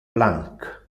blanc